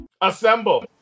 Assemble